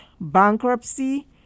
bankruptcy